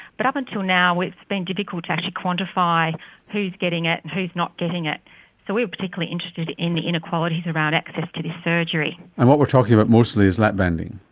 but up until now it's been difficult to actually quantify who's getting it and who's not getting it. so we were particularly interested in the inequalities around access to this surgery. and what we're talking about mostly is lap-banding.